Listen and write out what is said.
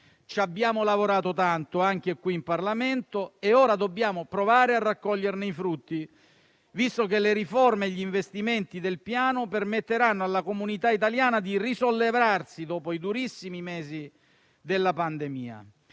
Ci abbiamo lavorato tanto, anche qui in Parlamento, e ora dobbiamo provare a raccoglierne i frutti, visto che le riforme e gli investimenti del Piano permetteranno alla comunità italiana di risollevarsi dopo i durissimi mesi della pandemia.